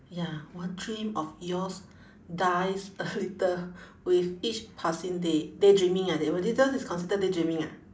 ya what dream of yours dies a little with each passing day daydreaming ah that one this one those is considered daydreaming ah